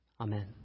Amen